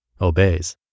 obeys